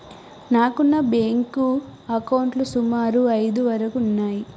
నాకున్న బ్యేంకు అకౌంట్లు సుమారు ఐదు వరకు ఉన్నయ్యి